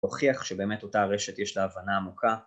הוכיח שבאמת אותה רשת יש לה הבנה עמוקה